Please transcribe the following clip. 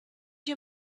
you